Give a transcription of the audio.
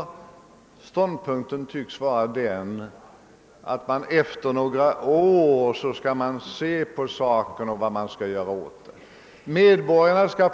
Er ståndpunkt tycks alltså vara den att man efter några år skall se vad man vill göra åt den saken. Medborgarna skall